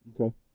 Okay